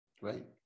Right